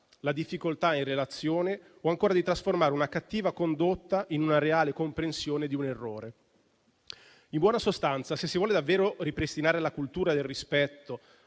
la difficoltà in relazione o, ancora, di trasformare una cattiva condotta in una reale comprensione di un errore. In buona sostanza, se si vuole davvero ripristinare la cultura del rispetto,